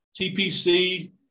TPC